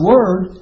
Word